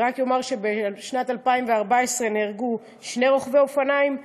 אני רק אומר שבשנת 2014 נהרגו שני רוכבי אופניים,